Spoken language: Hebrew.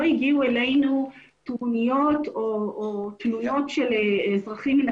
לא הגיעו אלינו טרוניות או תלונות של אזרחים.